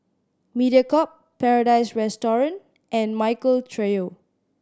Mediacorp Paradise Restaurant and Michael Trio